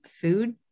food